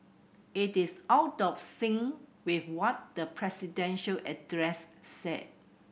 it is out of sync with what the presidential address said